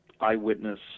eyewitness